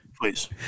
Please